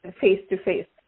face-to-face